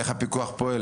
איך הפיקוח פועל.